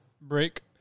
break